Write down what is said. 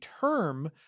term